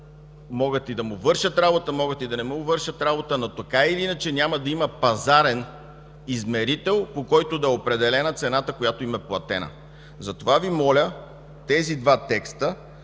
могат и да му вършат работа, могат и да не му вършат работа, но така или иначе няма да има пазарен измерител, по който да е определена цената, която им е платена. Затова Ви моля тези два текста